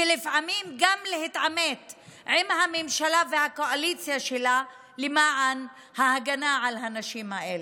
ולפעמים גם להתעמת עם הממשלה והקואליציה שלה למען ההגנה על הנשים האלה.